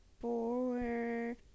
four